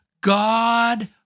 god